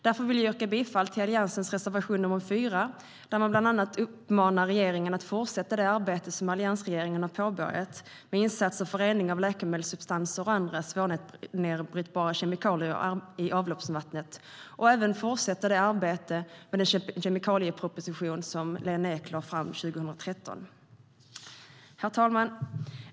Därför yrkar jag bifall till Alliansens reservation nr 4, där man bland annat uppmanar regeringen att fortsätta det arbete som alliansregeringen har påbörjat med insatser för rening av läkemedelssubstanser och andra svårnedbrytbara kemikalier i avloppsvattnet. Regeringen uppmanas även att fortsätta arbetet med den kemikalieproposition som Lena Ek lade fram 2013. Herr talman!